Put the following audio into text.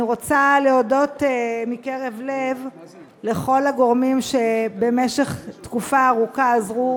אני רוצה להודות מקרב לב לכל הגורמים שבמשך תקופה ארוכה עזרו